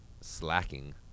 slacking